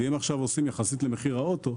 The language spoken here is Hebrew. ואם עכשיו עושים יחסית למחיר האוטו,